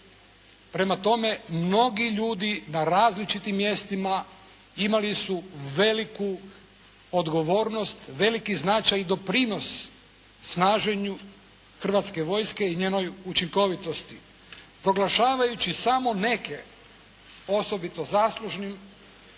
Prema tome, mnogi ljudi na različitim mjestima imali su veliku odgovornost, veliki značaj i doprinos snaženju Hrvatske vojske i njenoj učinkovitosti. Proglašavajući samo neke osobito zaslužnim